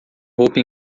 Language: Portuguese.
roupa